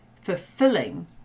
fulfilling